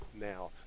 now